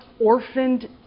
orphaned